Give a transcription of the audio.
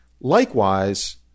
Likewise